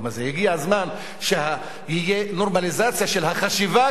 הגיע הזמן שתהיה נורמליזציה של חשיבה כאן,